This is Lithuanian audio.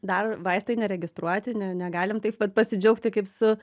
dar vaistai neregistruoti ne negalim taip pat pasidžiaugti kaip su